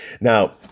Now